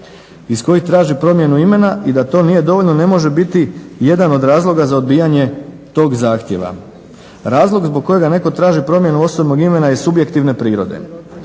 iz kojih traži promjenu imena i da to nije dovoljno ne može biti jedan od razloga za odbijanje tog zahtjeva. Razlog zbog kojega netko traži promjenu osobnog imena je subjektivne prirode